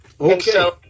Okay